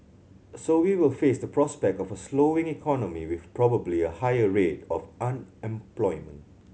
so we will face the prospect of a slowing economy with probably a higher rate of unemployment